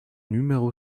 numéro